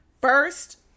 First